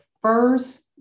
first